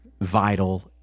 vital